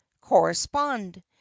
correspond